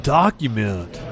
document